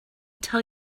tell